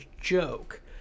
joke